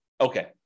okay